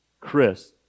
Chris